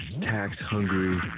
tax-hungry